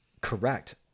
Correct